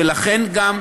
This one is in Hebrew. ולכן גם,